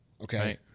Okay